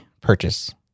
purchase